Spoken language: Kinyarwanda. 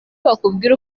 bakubwira